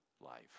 life